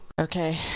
okay